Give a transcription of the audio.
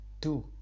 Two